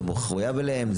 אתה מחויב אליהם?